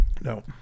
no